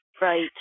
Right